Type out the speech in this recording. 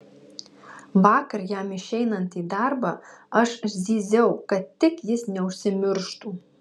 vakar jam išeinant į darbą aš zyziau kad tik jis neužsimirštų